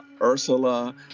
Ursula